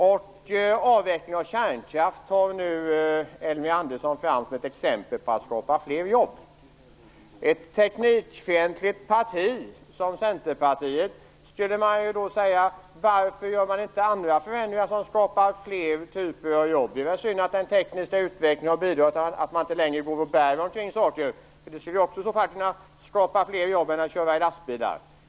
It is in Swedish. Nu tar Elving Andersson fram avvecklingen av kärnkraften som ett exempel på hur man kan skapa fler jobb. Då kan man fråga varför ett teknikfientligt parti som Centerpartiet inte gör andra förändringar som skapar fler jobb. Det är väl synd att den tekniska utvecklingen har bidragit till att man inte längre bär omkring saker. Det skulle ju också kunna skapa fler jobb om man inte körde omkring med lastbilar.